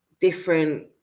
different